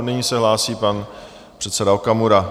Nyní se hlásí pan předseda Okamura.